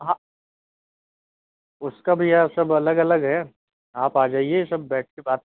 उसका भैया सब अलग अलग है आप आ जाइए सब बैठ कर बात